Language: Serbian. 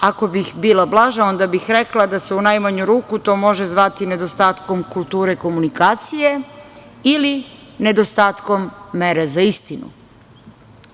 Ako bih bila blaža, onda bih rekla da se u najmanju ruku to može zvati nedostatkom kulture komunikacije ili nedostatkom mere za istinom.